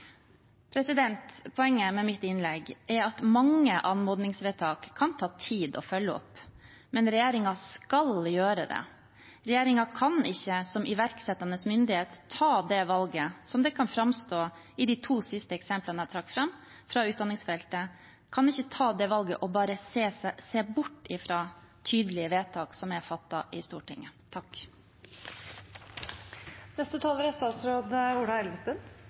Poenget med mitt innlegg er at mange anmodningsvedtak kan ta tid å følge opp, men regjeringen skal gjøre det. Regjeringen kan ikke, som iverksettende myndighet, ta valget – som det kan framstå som i de to siste eksemplene jeg trakk fram fra utdanningsfeltet – om bare å se bort fra tydelige vedtak som er fattet i Stortinget. I Prop. 1 S rapporterte jeg på hele 86 vedtak. Slik kontroll- og konstitusjonskomiteen påpeker, er